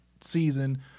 season